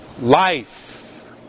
life